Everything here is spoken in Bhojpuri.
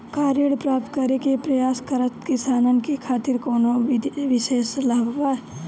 का ऋण प्राप्त करे के प्रयास करत किसानन के खातिर कोनो विशेष लाभ बा